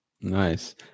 Nice